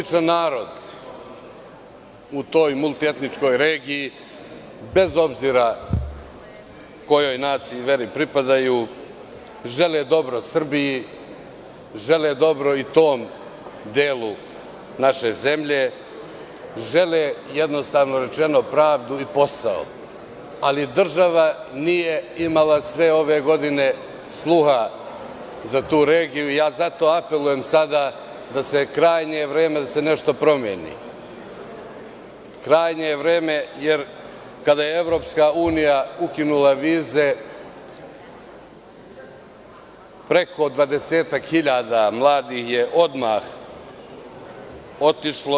Običan narod u toj multietničkoj regiji, bez obzira kojoj naciji i veri pripadaju, žele dobro Srbiji, žele dobro i tom delu naše zemlje, žele, jednostavno rečeno, pravdu i posao, ali država nije imala sve ove godine sluha za tu regiju i zato apelujem sada da je krajnje vreme da se nešto promeni, jer kada je EU ukinula vize, preko 20.000 mladih je odmah otišlo.